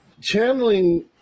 channeling